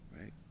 right